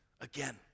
again